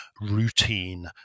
routine